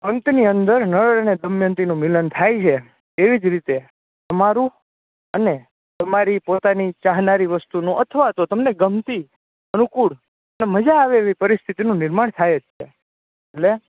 અંતની અંદર નળ અને દમયંતીનું મિલન થાય છે એવીજ રીતે તમારું અને તમારી પોતાની ચાહનારી વસ્તુનું અથવા તો તમને ગમતી અનુકૂળ અને મજા આવે એવી પરિસ્થિતિનું નિર્માણ થાય જ થાય જ છે એટલે